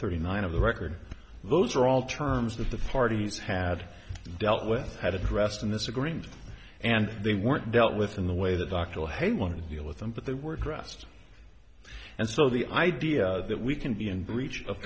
thirty nine of the record those are all terms of the parties had dealt with had addressed in this agreement and they weren't dealt with in the way that doctoral hate one deal with them but they were dressed and so the idea that we can be in breach of